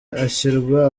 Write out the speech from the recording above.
ashyirwa